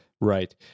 Right